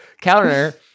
counter